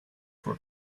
for